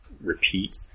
repeat